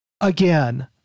again